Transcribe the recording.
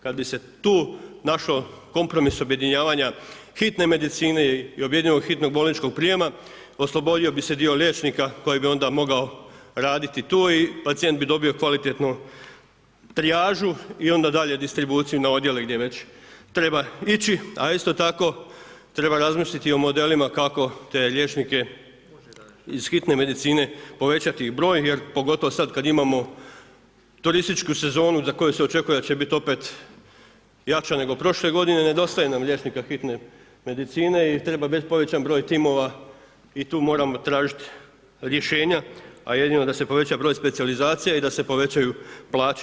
Kad bi se tu našao kompromis objedinjavanja hitne medicine i objedinjenog hitnog bolničkog prijema, oslobodio bi se dio liječnika koji bi onda mogao raditi tu i pacijent bi dobio kvalitetnu trijažu i onda dalje distribuciju na odjele gdje već treba ići, a isto tako treba razmisliti o modelima kako te liječnike iz hitne medicine povećati im broj jer pogotovo sad kad imamo turističku sezonu za koju će očekuje da će biti opet jača nego prošle godine nedostaje nam liječnika hitne medicine i treba bit povećan broj timova i tu moramo tražiti rješenja, a jedino da se poveća broj specijalizacija i da se povećaju plaće.